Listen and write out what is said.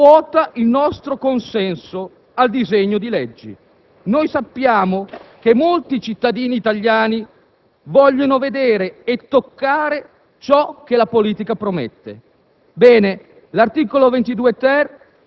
sono i cardini attorno ai quali ruota il nostro consenso al disegno di legge. Sappiamo che molti cittadini italiani vogliono vedere e toccare ciò che la politica promette.